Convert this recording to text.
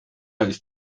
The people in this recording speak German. ist